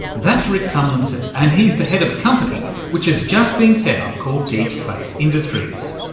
that's rick tumlinson and he's the head of a company which has just been set up called deep space industries.